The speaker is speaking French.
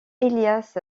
elias